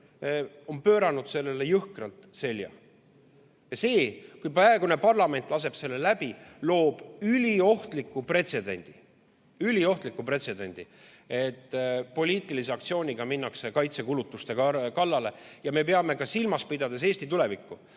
on pööranud sellele jõhkralt selja. Kui praegune parlament laseb selle läbi, loob ta üliohtliku pretsedendi, et poliitilise aktsiooniga minnakse kaitsekulutuste kallale. Me peame silmas pidama ka Eesti tulevikku.